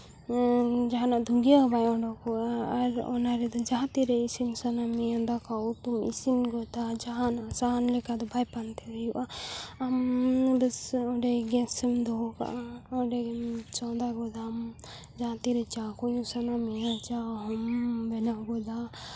ᱡᱟᱦᱟᱱᱟᱜ ᱫᱷᱩᱜᱤᱭᱟᱹ ᱦᱚᱸ ᱵᱟᱭ ᱚᱰᱳᱠᱚᱜᱼᱟ ᱟᱨ ᱚᱱᱟ ᱨᱮᱫᱚ ᱡᱟᱦᱟᱸ ᱛᱤᱨᱮ ᱤᱥᱤᱱ ᱥᱟᱱᱟ ᱢᱮᱭᱟ ᱫᱟᱠᱟ ᱩᱛᱩ ᱤᱥᱤᱱ ᱜᱚᱫᱟ ᱡᱟᱦᱟᱱᱟᱜ ᱥᱟᱦᱟᱱ ᱞᱮᱠᱟ ᱫᱚ ᱵᱟᱭ ᱯᱟᱱᱛᱮ ᱦᱩᱭᱩᱜᱼᱟ ᱟᱢ ᱫᱚ ᱚᱸᱰᱮ ᱜᱮᱥ ᱮᱢ ᱫᱚᱦᱚ ᱠᱟᱜᱼᱟ ᱚᱸᱰᱮ ᱪᱚᱸᱫᱟ ᱜᱚᱫᱟᱢ ᱡᱟᱦᱟᱸ ᱛᱤᱨᱮ ᱪᱟ ᱠᱚ ᱧᱩ ᱥᱟᱱᱟ ᱢᱮᱭᱟ ᱪᱟ ᱦᱚᱸᱢ ᱵᱮᱱᱟᱣ ᱜᱚᱫᱟ